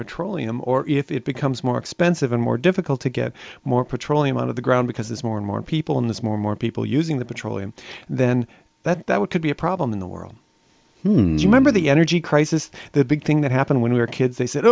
petroleum or if it becomes more expensive and more difficult to get more petroleum out of the ground because there's more and more people in this more and more people using the petroleum then that that would be a problem in the world remember the energy crisis the big thing that happened when we were kids they said